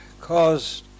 caused